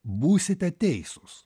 būsite teisūs